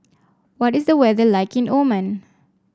what is the weather like in Oman